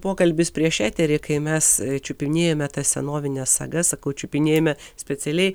pokalbis prieš eterį kai mes čiupinėjome tas senovines sagas sakau čiupinėjome specialiai